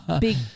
big